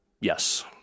yes